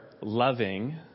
loving